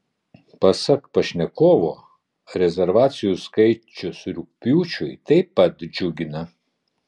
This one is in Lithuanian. pasak pašnekovo rezervacijų skaičius rugpjūčiui taip pat džiugina